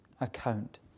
account